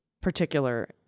particular